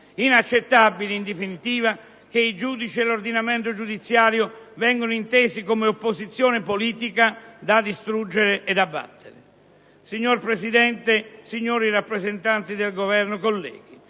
Inaccettabile è, in definitiva, che i giudici e l'ordinamento giudiziario vengano intesi come opposizione politica da distruggere ed abbattere. Signor Presidente, signori rappresentanti del Governo, colleghi,